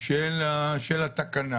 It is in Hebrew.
של התקנה